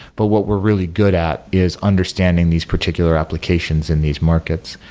but what we're really good at is understanding these particular applications in these markets.